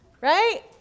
Right